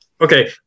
Okay